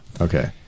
okay